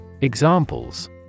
Examples